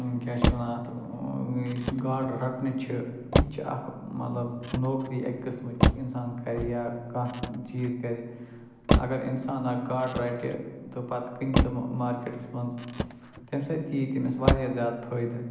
کیٚاہ چھِ ونان اَتھ یُس گاڈٕ رٹنہٕ چھِ یہِ تہِ چھُ اَکھ مطلب نوکری اَکہِ قٕسمٕچ اِنسان کَرِ یا کانٛہہ چیٖز کَرِ اگر اِنسان اَکھ گاڈٕ رٹہِ تہٕ پتہٕ کٕنہِ تمِ مارکیٹس منٛز تَمہِ سۭتۍ تہِ یِیہِ تٔمِس واریاہ زیادٕ فٲیِدٕ